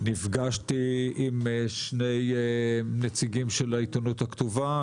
ונפגשתי עם שני נציגים של העיתונות הכתובה,